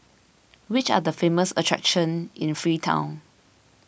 which are the famous attractions in Freetown